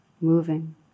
moving